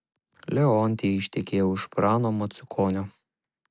leontija ištekėjo už prano macukonio